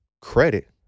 credit